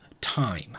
time